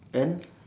and